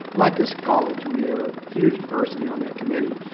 like this college, we have a huge diversity on that committee,